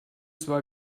zwar